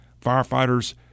Firefighters